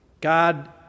God